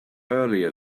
earlier